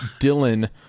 Dylan